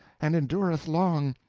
and endureth long.